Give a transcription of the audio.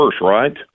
right